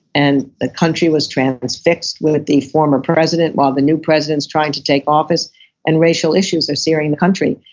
and the country was transfixed with the former president while the new president's trying to take office and racial issues are searing the country.